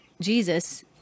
Jesus